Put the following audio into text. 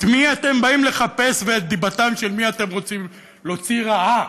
את מי אתם באים לחפש ואת דיבתם של מי אתם רוצים להוציא רעה,